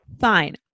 Fine